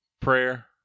prayer